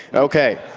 okay,